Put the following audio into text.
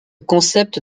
concept